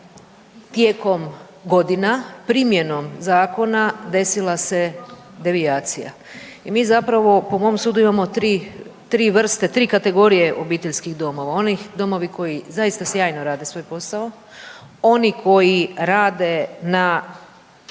Tijekom godina primjenom zakona desila se devijacija i mi zapravo po mom sudu imamo tri vrste, tri kategorija obiteljskih domova, onih domova koji zaista sjajno rade svoj posao, oni koji rade na